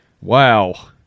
Wow